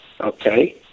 Okay